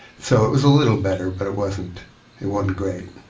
so it was a little better but it wasn't it wasn't great.